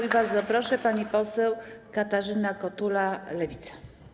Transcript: I bardzo proszę, pani poseł Katarzyna Kotula, Lewica.